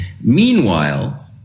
meanwhile